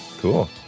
Cool